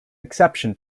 exception